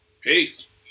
Peace